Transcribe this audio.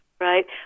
right